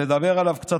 תדבר עליו קצת,